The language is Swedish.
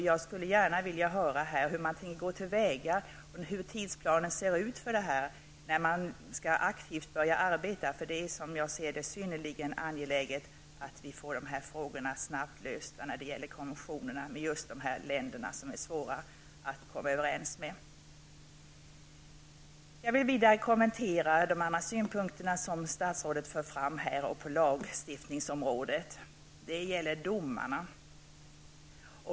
Jag skulle gärna vilja höra hur tidsplanen för det ser ut, dvs. när man aktivt skall börja arbeta för det. Det är, som jag ser det, synnerligen angeläget att frågan om konventioner med just de länder som det är svårt att komma överens med snabbt blir löst. Jag vill vidare kommentera de andra synpunkter som statsrådet förde fram på lagstiftningsområdet. Det gäller domarna.